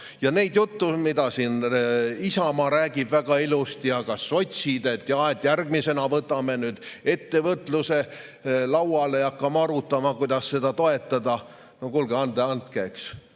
Ja see jutt, mida siin Isamaa räägib väga ilusti ja ka sotsid, et järgmisena võtame nüüd ettevõtluse lauale ja hakkame arutama, kuidas seda toetada. No kuulge, andke andeks!